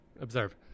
Observe